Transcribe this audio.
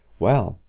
well,